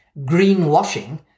greenwashing